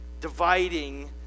dividing